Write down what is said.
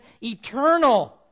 eternal